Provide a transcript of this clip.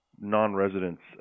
non-residents